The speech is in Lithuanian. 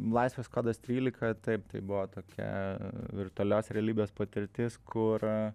laisvės kodas trylika taip tai buvo tokia virtualios realybės patirtis kur